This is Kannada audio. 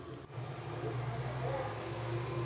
ಮರ್ಸಿಡೈಸಡ್ ಕಾಟನ್ ಅನ್ನು ಫುಲ್ಡ್ ಕಾಟನ್ ಅಂತಲೂ ಕರಿತಾರೆ